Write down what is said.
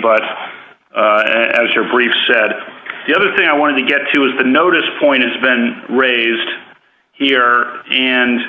but as your brief said the other thing i wanted to get to is the notice point has been raised here and